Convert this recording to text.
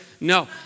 No